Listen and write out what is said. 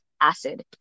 acid